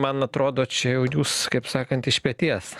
man atrodo čia jau jūs kaip sakant iš peties